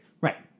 Right